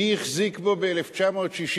מי החזיק בו ב-1967?